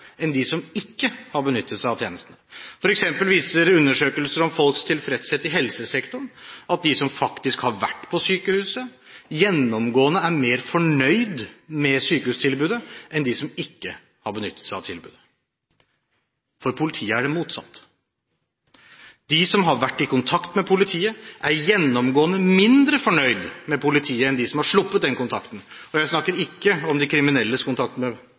enn dem som ikke har benyttet seg av tjenestene. For eksempel viser undersøkelser om folks tilfredshet i helsesektoren at de som faktisk har vært på sykehus, gjennomgående er mer fornøyd med sykehustilbudet enn dem som ikke har benyttet seg av tilbudet. Når det gjelder politiet, er det motsatt. De som har vært i kontakt med politiet, er gjennomgående mindre fornøyd med politiet enn dem som har sluppet den kontakten. Og jeg snakker ikke om de kriminelles kontakt med